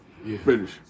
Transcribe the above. British